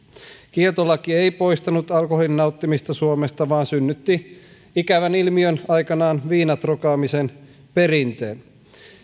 kieltolaki ei poistanut alkoholin nauttimista suomesta vaan synnytti aikanaan ikävän ilmiön viinan trokaamisen perinteen